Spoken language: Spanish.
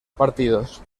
partidos